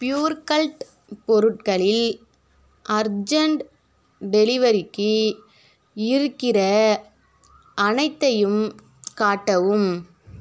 ப்யூர்கல்ட் பொருட்களில் அர்ஜெண்ட் டெலிவரிக்கு இருக்கிற அனைத்தையும் காட்டவும்